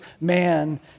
man